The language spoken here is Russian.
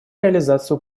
реализацию